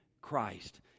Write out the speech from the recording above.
Christ